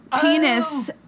penis